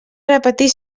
repetir